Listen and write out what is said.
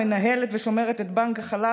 המנהלת ושומרת את בנק החלב,